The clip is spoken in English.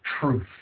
truth